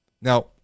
Now